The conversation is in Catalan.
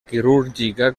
quirúrgica